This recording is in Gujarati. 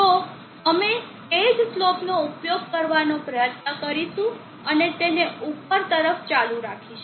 તો અમે તે જ સ્લોપનો ઉપયોગ કરવાનો પ્રયત્ન કરીશું અને તેને ઉપર તરફ ચાલુ રાખીશું